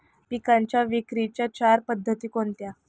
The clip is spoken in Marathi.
पिकांच्या विक्रीच्या चार पद्धती कोणत्या?